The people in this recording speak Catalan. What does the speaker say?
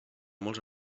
molts